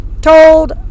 told